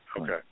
okay